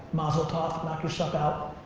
mazel tov. knock yourself out.